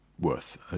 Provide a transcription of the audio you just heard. worth